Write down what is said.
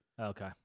Okay